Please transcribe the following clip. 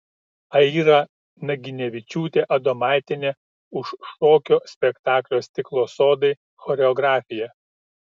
aira naginevičiūtė adomaitienė už šokio spektaklio stiklo sodai choreografiją